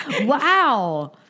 Wow